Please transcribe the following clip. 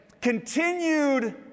continued